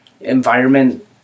environment